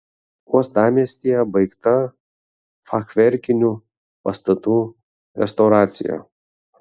uostamiestyje baigta fachverkinių pastatų restauracija